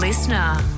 Listener